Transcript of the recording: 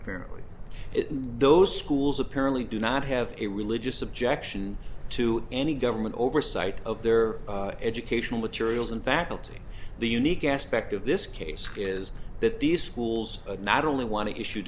apparently it in those schools apparently do not have a religious objection to any government oversight of their educational materials and faculty the unique aspect of this case is that these schools not only want to issue